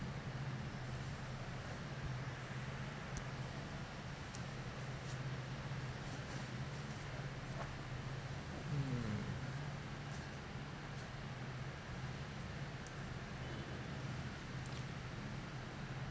mm